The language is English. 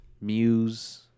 Muse